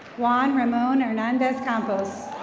juan ramon hernandez campos.